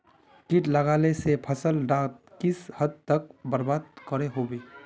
किट लगाले से फसल डाक किस हद तक बर्बाद करो होबे?